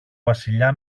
βασιλιά